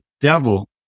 devil